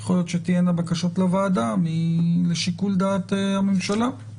יכול להיות שתהיינה בקשות לוועדה לשיקול דעת הממשלה.